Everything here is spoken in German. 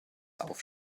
auf